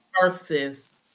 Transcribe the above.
versus